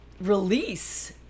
release